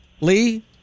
lee